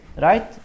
Right